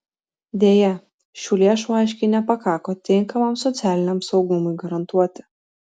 deja šių lėšų aiškiai nepakako tinkamam socialiniam saugumui garantuoti